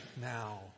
now